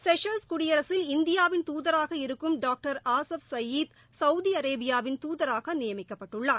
Seychelles குடியரசில் இந்தியாவின் துதராக இருக்கும் டாக்டர் ஆஸஃப் சயீத் சவுதி அரேபியாவின் தூதராக நியமிக்கப்பட்டுள்ளார்